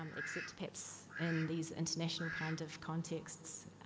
um except perhaps and these international kind of contexts.